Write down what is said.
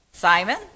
Simon